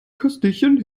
köstlichen